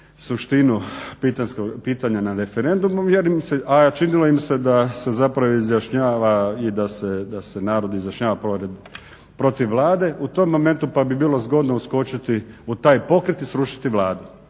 suštinu pitanja na referendumu a činilo im se da se izjašnjava i da se narod izjašnjava protiv Vlade u tom momentu, pa bi bilo zgodno uskočiti u taj pokret i srušiti Vladu.